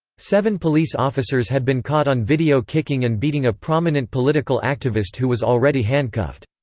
seven police officers had been caught on video kicking and beating a prominent political activist who was already handcuffed.